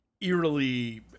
eerily